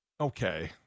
Okay